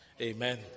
Amen